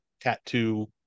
tattoo